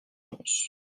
mons